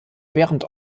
während